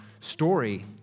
story